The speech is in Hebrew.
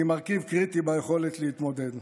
היא מרכיב קריטי ביכולת להתמודד.